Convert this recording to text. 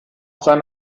seine